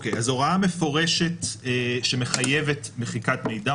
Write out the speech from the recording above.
הוראה מפורשת שמחייבת מחיקת מידע,